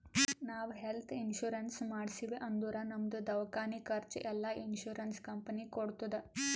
ನಾವ್ health insurance ಮಾಡ್ಸಿವ್ ಅಂದುರ್ ನಮ್ದು ದವ್ಕಾನಿ ಖರ್ಚ್ ಎಲ್ಲಾ ಇನ್ಸೂರೆನ್ಸ್ ಕಂಪನಿ ಕೊಡ್ತುದ್